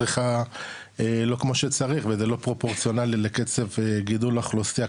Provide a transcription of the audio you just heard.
צריכה לא כמו שצריך וזה לא פרופורציונלי לקצב גידול האוכלוסייה,